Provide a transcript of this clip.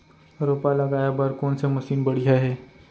रोपा लगाए बर कोन से मशीन बढ़िया हे?